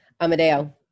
Amadeo